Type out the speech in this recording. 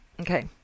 Okay